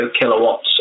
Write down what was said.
kilowatts